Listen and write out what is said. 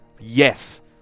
Yes